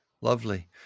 lovely